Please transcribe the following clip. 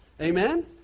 Amen